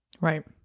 Right